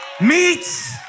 meets